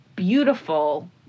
beautiful